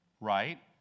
right